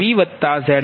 50